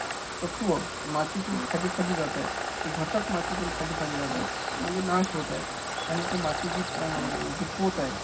तत्त्व मातीतून खाली खाली जात आहेत ते घटक मातीतून खाली खाली जात आहेत म्हणजे नाश होत आहेत आणि ते मातीचा जो पोत आहे